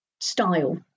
style